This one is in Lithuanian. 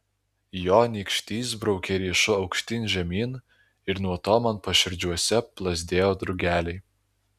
jo nykštys braukė riešu aukštyn žemyn ir nuo to man paširdžiuose plazdėjo drugeliai